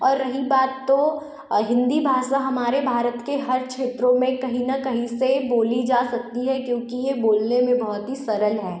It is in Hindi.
और रही बात तो हिन्दी भाषा हमारे भारत के हर क्षेत्रों में कहीं न कहीं से बोली जा सकती है क्योंकि यह बोलने में बहुत ही सरल है